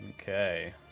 Okay